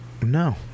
No